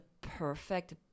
perfect